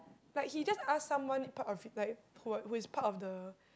like he just ask someone part of like who is who is part of the